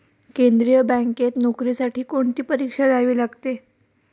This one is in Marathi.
केंद्रीय बँकेत नोकरीसाठी कोणती परीक्षा द्यावी लागते?